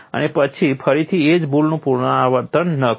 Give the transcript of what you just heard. અને પછી ફરીથી એ જ ભૂલનું પુનરાવર્તન ન કરો